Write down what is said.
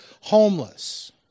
homeless